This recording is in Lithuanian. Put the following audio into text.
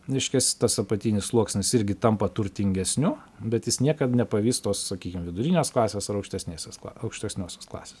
reiškias tas apatinis sluoksnis irgi tampa turtingesniu bet jis niekad nepavys tos sakykim vidurinės klasės ar aukštesnėsės kla aukštesniosios klasės